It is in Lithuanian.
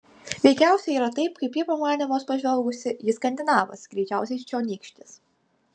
veikiausiai yra taip kaip ji pamanė vos pažvelgusi jis skandinavas greičiausiai čionykštis